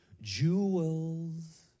jewels